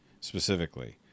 specifically